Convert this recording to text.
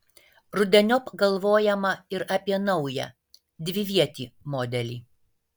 rudeniop galvojama ir apie naują dvivietį modelį